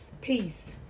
Peace